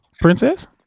Princess